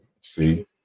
See